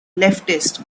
leftist